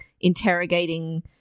interrogating